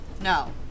No